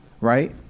right